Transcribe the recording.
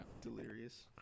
Delirious